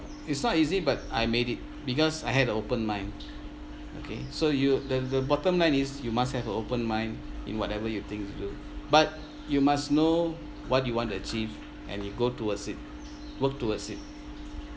it's not easy but I made it because I had a open mind okay so you the the bottom line is you must have a open mind in whatever you think to do but you must know what you want to achieve and you go towards it work towards it